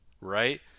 right